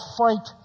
fight